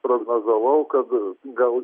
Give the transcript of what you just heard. prognozavau kad gal